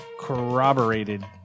corroborated